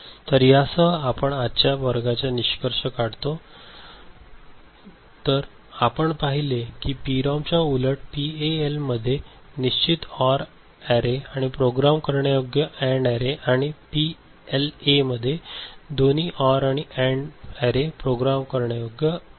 तर यासह आपण आजच्या वर्गाचा निष्कर्ष काढतो तर आपण पाहिले आहे की पीरॉम च्या उलट पीएएल मध्ये निश्चित ऑर अॅरे आणि प्रोग्राम करण्यायोग्य अँड अॅरे आहे आणि पीएलएमध्ये दोन्ही ऑर आणि अँड अॅरे प्रोग्राम करण्यायोग्य आहेत